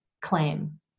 claim